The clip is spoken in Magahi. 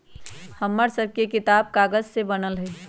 हमर सभके किताब कागजे से बनल हइ